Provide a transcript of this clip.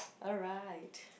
alright